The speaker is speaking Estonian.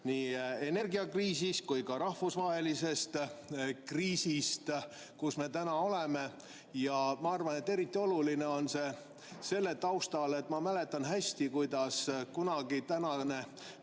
nii energiakriisist kui ka rahvusvahelisest kriisist, kus me täna oleme. Ma arvan, et eriti oluline on see selle taustal, et ma mäletan hästi, kuidas kunagi tänane